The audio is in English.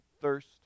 thirst